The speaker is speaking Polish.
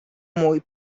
mój